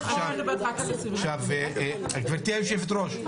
גבירתי היושבת-ראש,